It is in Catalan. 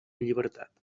llibertat